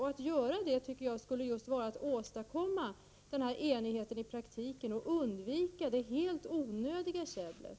Om man gjorde det skulle man just åstadkomma denna enighet i praktiken och undvika det helt onödiga käbblet.